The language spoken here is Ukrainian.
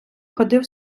ходив